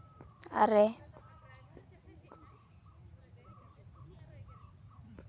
ᱟᱨᱮ